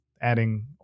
adding